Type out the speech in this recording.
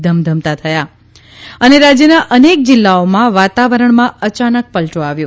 ધમધમતા થયા અને રાજ્યના અનેક જિલ્લાઓમાં વાતાવરણમાં અચાનક પલટો આવ્યો